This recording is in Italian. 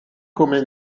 come